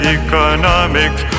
economics